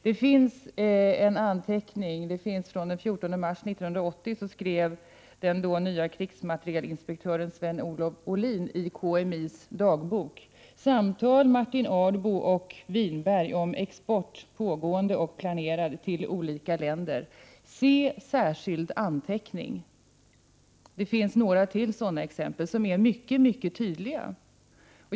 Det finns en anteckning från den 14 mars 1980, skriven av den då nye krigsmaterielinspektören Sven-Olof Olin i KMI:s dagbok: Samtal Martin Ardbo och Winberg om export, pågående och planerad, till olika länder. Se särskild anteckning. Det finns några fler sådana exempel som är mycket tydliga.